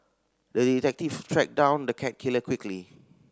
the detective tracked down the cat killer quickly